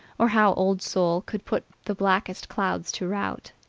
or how old sol could put the blackest clouds to rout.